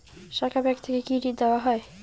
শাখা ব্যাংক থেকে কি ঋণ দেওয়া হয়?